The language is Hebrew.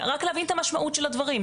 רק להבין את המשמעות של הדברים,